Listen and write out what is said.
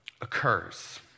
occurs